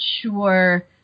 sure